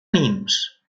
nimes